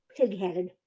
pig-headed